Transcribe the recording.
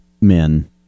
men